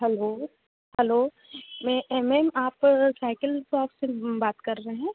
hello hello मैं एम एम आप साइकिल सॉप से बात कर रहे हैं